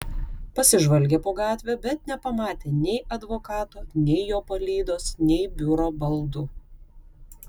pasižvalgė po gatvę bet nepamatė nei advokato nei jo palydos nei biuro baldų